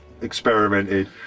experimented